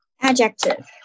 Adjective